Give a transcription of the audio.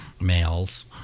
males